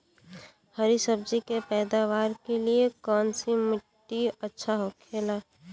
हरी सब्जी के पैदावार के लिए कौन सी मिट्टी अच्छा होखेला?